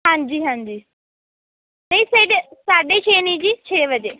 ਹਾਂਜੀ ਹਾਂਜੀ ਸੇਢੇ ਸਾਢੇ ਛੇ ਨਹੀਂ ਜੀ ਛੇ ਵਜੇ